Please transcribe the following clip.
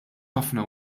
ħafna